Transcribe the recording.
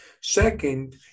Second